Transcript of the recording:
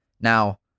Now